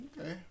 Okay